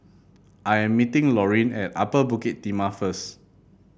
I am meeting Lorene at Upper Bukit Timah first